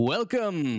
Welcome